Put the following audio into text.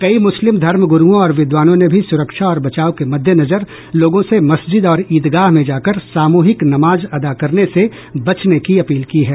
कई मुस्लिम धर्मग्रुओं और विद्वानों ने भी सुरक्षा और बचाव के मद्देनजर लोगों से मस्जिद और ईदगाह में जाकर सामूहिक नमाज अदा करने से बचने की अपील की है